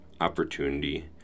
opportunity